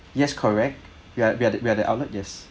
yes correct ya we're we're the outlet yes